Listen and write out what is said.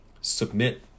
submit